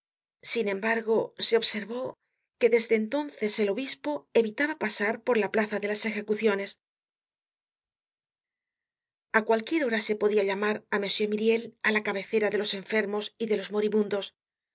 sin embargo se observó que desde entonces el obispo evitaba pasar por la plaza de las ejecuciones a cualquier hora se podia llamar á m myriel á la cabecera de los enfermos y de los moribundos